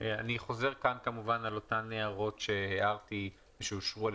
אני חוזר כאן על אותן הערות שהערתי ושאושרו על